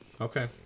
okay